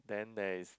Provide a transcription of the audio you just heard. then there is